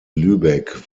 lübeck